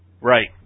Right